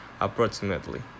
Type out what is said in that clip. approximately